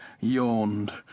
yawned